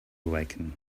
awaken